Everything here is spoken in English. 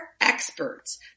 experts